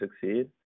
succeed